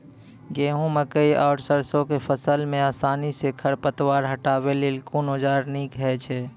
गेहूँ, मकई आर सरसो के फसल मे आसानी सॅ खर पतवार हटावै लेल कून औजार नीक है छै?